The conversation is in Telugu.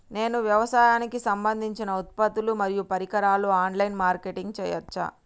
నేను వ్యవసాయానికి సంబంధించిన ఉత్పత్తులు మరియు పరికరాలు ఆన్ లైన్ మార్కెటింగ్ చేయచ్చా?